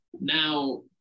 Now